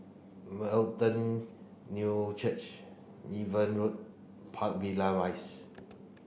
New Church Niven Road Park Villa Rise